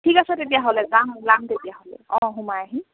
ঠিক আছে তেতিয়াহ'লে যাম ওলাম তেতিয়াহ'লে অঁ সোমাই আহিম